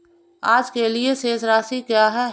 आज के लिए शेष राशि क्या है?